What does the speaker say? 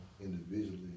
individually